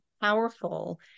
powerful